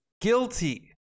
Guilty